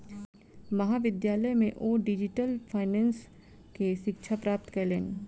महाविद्यालय में ओ डिजिटल फाइनेंस के शिक्षा प्राप्त कयलैन